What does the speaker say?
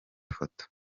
foto